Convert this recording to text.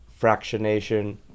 fractionation